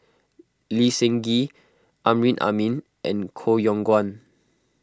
Lee Seng Gee Amrin Amin and Koh Yong Guan